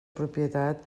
propietat